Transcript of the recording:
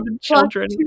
children